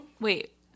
Wait